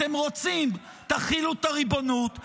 אתם רוצים, תחילו את הריבונות.